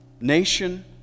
nation